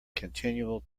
continual